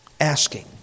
asking